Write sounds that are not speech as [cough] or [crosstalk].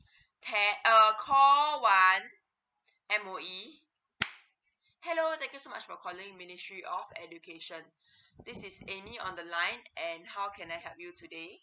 [breath] te~ uh call one M_O_E hello thank you so much for calling ministry of education [breath] this is amy on the line and how can I help you today